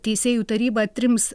teisėjų taryba trims